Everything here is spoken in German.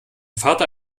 vater